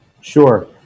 Sure